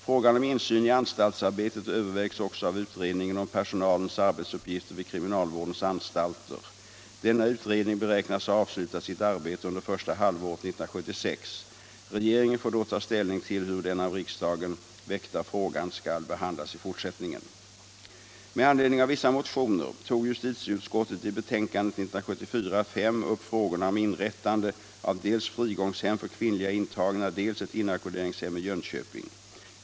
Frågan om insyn i anstaltsarbetet övervägs också av utredningen om personalens arbetsuppgifter vid kriminalvårdens anstalter. Denna utredning beräknas ha avslutat sitt arbete under första halvåret 1976. Regeringen får då ta ställning till hur den av riksdagen väckta frågan skall behandlas i fortsättningen. Med anledning av vissa motioner tog justitieutskottet i betänkandet 1974:5 upp frågorna om inrättande av dels frigångshem för kvinnliga intagna, dels ett inackorderingshem i Jönköping.